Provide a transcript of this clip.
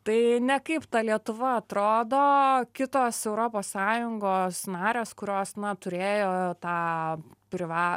tai ne kaip ta lietuva atrodo kitos europos sąjungos narės kurios na turėjo tą priva